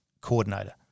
coordinator